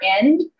end